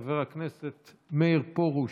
חבר הכנסת מאיר פרוש,